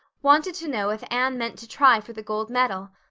wanted to know if anne meant to try for the gold medal.